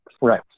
right